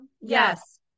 Yes